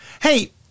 Hey